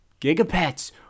Gigapets